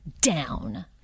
down